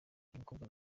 mukobwa